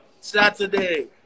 Saturday